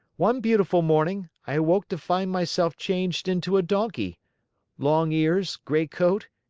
one beautiful morning, i awoke to find myself changed into a donkey long ears, gray coat,